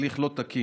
הליך לא תקין,